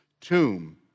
tomb